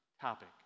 topic